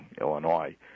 Illinois